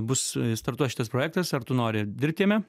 bus startuos šitas projektas ar tu nori dirbt jame